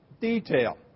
detail